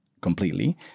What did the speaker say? completely